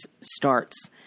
starts